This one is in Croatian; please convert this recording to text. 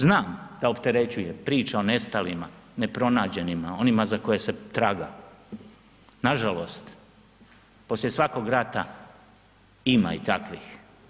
Znam da opterećuje, priča o nestalima, nepronađenima, onima za koje se traga, nažalost poslije svakog rata ima i takvih.